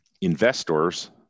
investors